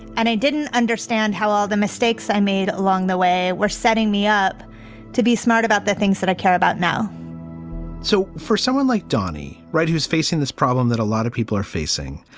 and i didn't understand how all the mistakes i made along the way were setting me up to be smart about the things that i care about now so for someone like donny, right. who's facing this problem that a lot of people are facing.